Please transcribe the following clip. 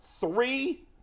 three